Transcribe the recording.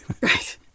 Right